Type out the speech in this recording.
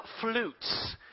flutes